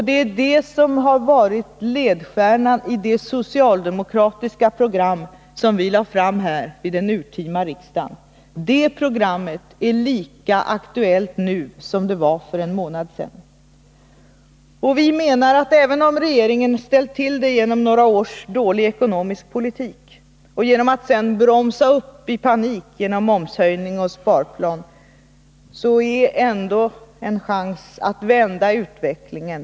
Det är detta som har varit ledstjärnan i det program som vi socialdemokrater lade fram vid den urtima riksdagen. Det programmet är lika aktuellt nu som det var för en månad sedan. Och vi menar, att även om regeringen ställt till det genom några års dålig ekonomisk politik och genom att sedan i panik bromsa upp med momshöjning och sparplan, finns det ännu en chans att vända utvecklingen.